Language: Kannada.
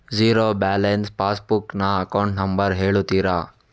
ಝೀರೋ ಬ್ಯಾಲೆನ್ಸ್ ಪಾಸ್ ಬುಕ್ ನ ಅಕೌಂಟ್ ನಂಬರ್ ಹೇಳುತ್ತೀರಾ?